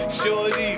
shorty